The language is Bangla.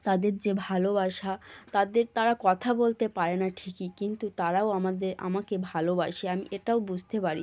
তাদের যে ভালোবাসা তাদের তারা কথা বলতে পারে না ঠিকই কিন্তু তারাও আমাদের আমাকে ভালোবাসে আমি এটাও বুঝতে পারি